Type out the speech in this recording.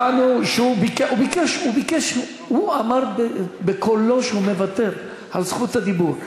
הוא אמר בקולו שהוא מוותר על רשות הדיבור.